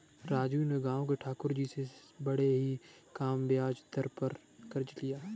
राजू ने गांव के ठाकुर जी से बड़े ही कम ब्याज दर पर कर्ज लिया